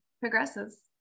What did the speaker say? progresses